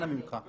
אנא ממך.